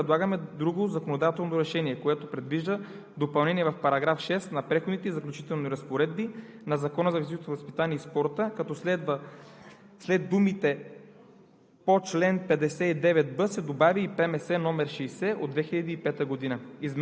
между 2005-а и 2008 г. са получавали премия от Българския спортен тотализатор. Във връзка с това ние предлагаме друго законодателно решение, което предвижда допълнение в § 6 от Преходните и заключителните разпоредби на Закона за физическото възпитание и спорта, като следва